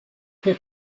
her